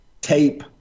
tape